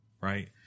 right